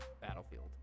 Battlefield